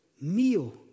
meal